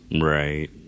Right